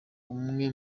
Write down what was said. umwe